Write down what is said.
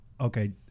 okay